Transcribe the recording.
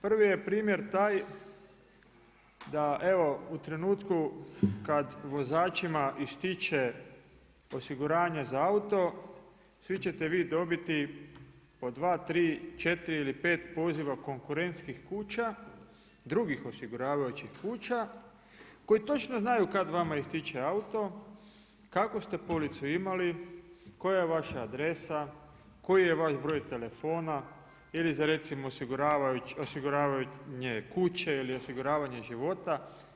Prvi je primjer taj da evo u trenutku kad vozačima ističe osiguranje za auto svi ćete vi dobiti po dva, tri, četiri ili pet poziva konkurentskih kuća drugih osiguravajućih kuća koji točno znaju kad vama ističe auto, kakvu ste policu imali, koja je vaša adresa, koji je vaš broj telefona ili za recimo osiguravanje kuće ili osiguravanje života.